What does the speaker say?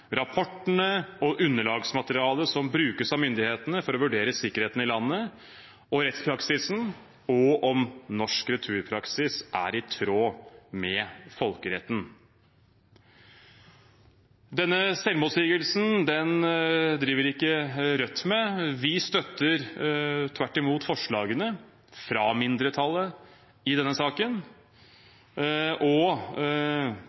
rapportene og underlagsmaterialet som brukes av myndighetene for å vurdere sikkerheten i landet og rettspraksisen, og om norsk returpraksis er i tråd med folkeretten. Denne selvmotsigelsen driver ikke Rødt med. Vi støtter tvert imot forslagene fra mindretallet i denne saken.